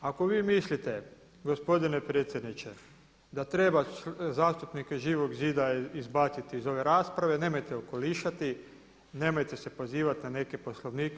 Ako vi mislite gospodine predsjedniče da treba zastupnike Živog zida izbaciti iz ove rasprave nemojte okolišati, nemojte se pozivati na neke poslovnike.